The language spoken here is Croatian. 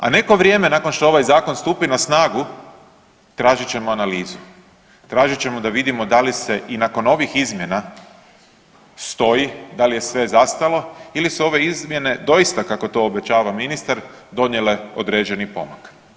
A neko vrijeme nakon što ovaj zakon stupi na snagu tražit ćemo analizu, tražit ćemo da vidimo da li se i nakon ovih izmjena stoji, da li je sve zastalo ili su ove izmjene doista kako to obećava ministar donijele određeni pomak.